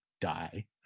die